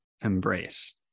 embrace